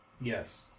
yes